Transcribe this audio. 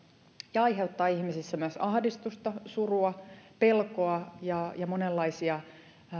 ja aiheuttaa ihmisissä myös ahdistusta surua pelkoa ja ja monenlaisia